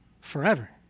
forever